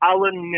Alan